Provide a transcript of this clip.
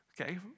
okay